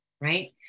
right